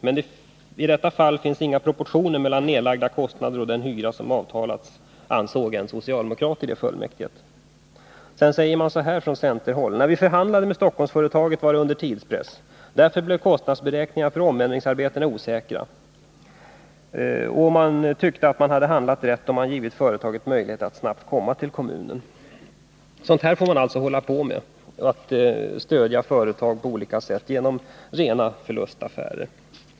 Men i detta fall finns inga proportioner mellan nedlagda kostnader och den hyra som avtalats ——--.” Detta ansåg en socialdemokrat i fullmäktige. Från centerhåll framhölls bl.a. följande: ”När vi förhandlade med Stockholmsföretaget var det under tidspress. Därför blev kostnadsberäkningarna för omändringsarbetena osäkra.” Man tyckte att man hade handlat rätt då man givit företaget möjlighet att snabbt komma till kommunen. Sådant här får man alltså hålla på med, dvs. stödja företag på olika sätt genom rena förlustaffärer.